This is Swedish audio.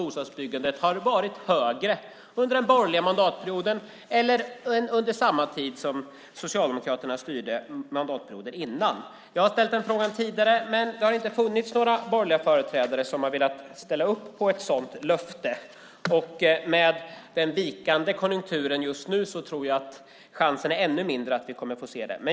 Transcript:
Om byggandet av hyresrätter har ökat så explosionsartat kan det ju inte vara något problem att lova det. Jag har ställt frågan tidigare, men det har inte funnits några borgerliga företrädare som har velat ställa upp med ett sådant löfte. Med den vikande konjunkturen just nu är nog chansen ännu mindre.